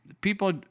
People